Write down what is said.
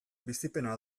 bizipena